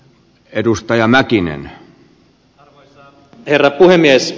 arvoisa herra puhemies